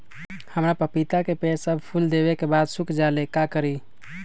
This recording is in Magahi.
हमरा पतिता के पेड़ सब फुल देबे के बाद सुख जाले का करी?